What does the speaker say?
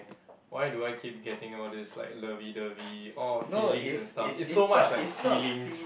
why do I keep getting all these like lovey dovey all feelings and stuff it's so much like feelings